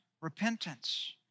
repentance